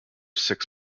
six